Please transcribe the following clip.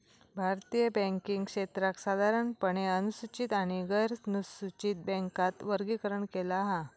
भारतीय बॅन्किंग क्षेत्राक साधारणपणे अनुसूचित आणि गैरनुसूचित बॅन्कात वर्गीकरण केला हा